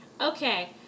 Okay